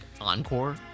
Encore